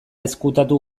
ezkutatu